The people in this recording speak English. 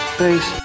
Thanks